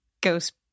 ghost